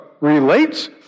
relates